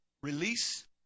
release